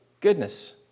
goodness